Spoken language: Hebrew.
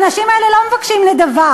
אבל האנשים האלה לא מבקשים נדבה.